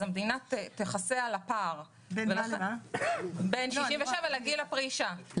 המדינה תכסה על הפער בין גיל 67 לבין גיל הפרישה,